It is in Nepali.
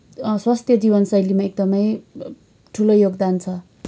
स्वस्थ जीवन शैलीमा एकदमै ठुलो योगदान छ